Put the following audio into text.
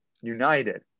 United